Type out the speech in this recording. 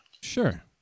Sure